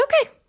okay